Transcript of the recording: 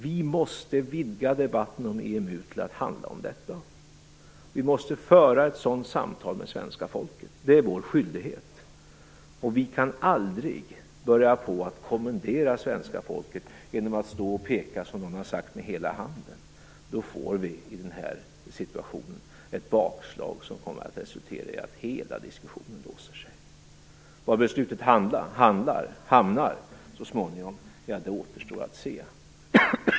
Vi måste vidga debatten om EMU till att handla om detta. Vi måste föra ett sådant samtal med svenska folket. Det är vår skyldighet. Och vi kan aldrig börja kommendera svenska folket genom att som någon har sagt stå och peka med hela handen. Då får vi i den här situationen ett bakslag som kommer att resultera i att hela diskussionen låser sig. Var beslutet hamnar så småningom, ja, det återstår att se.